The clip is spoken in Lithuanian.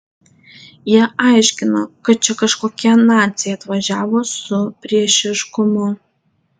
jie aiškino kad čia kažkokie naciai atvažiavo su priešiškumu